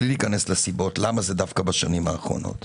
בלי להיכנס לסיבות למה זה דווקא בשנים האחרונות,